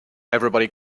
everybody